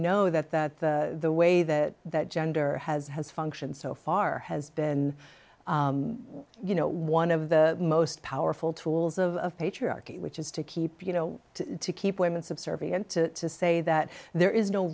know that that the way that that gender has has functioned so far has been you know one of the most powerful tools of patriarchy which is to keep you know to keep women subservient to say that there is no